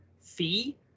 fee